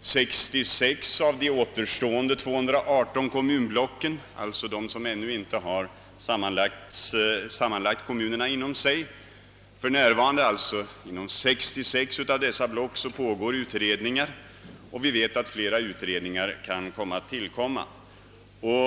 66 av de återstående 218 kommunblocken, dvs. de som ännu inte inom sig saz manlagt kommunerna. Vi vet också att flera utredningar kan tillkomma.